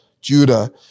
Judah